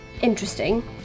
interesting